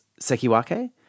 Sekiwake